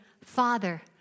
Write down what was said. Father